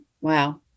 Wow